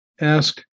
Ask